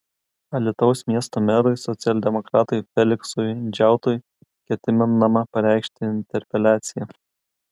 alytaus miesto merui socialdemokratui feliksui džiautui ketinama pareikšti interpeliaciją